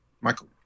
Michael